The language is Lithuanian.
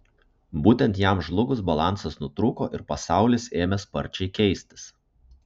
būtent jam žlugus balansas nutrūko ir pasaulis ėmė sparčiai keistis